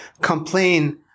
complain